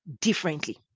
differently